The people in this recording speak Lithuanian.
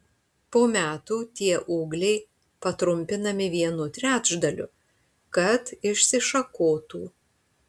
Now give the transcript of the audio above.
po metų tie ūgliai patrumpinami vienu trečdaliu kad išsišakotų